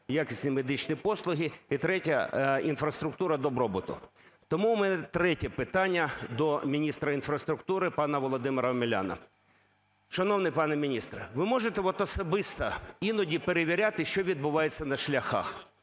якісні медичні послуги і третя – інфраструктура добробуту. Тому у мене третє питання до міністра інфраструктури пана Володимира Омеляна. Шановний пане міністре, ви можете особисто іноді перевіряти, що відбувається на шляхах?